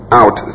out